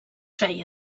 feia